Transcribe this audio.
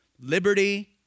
liberty